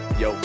yo